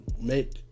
make